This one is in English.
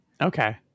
Okay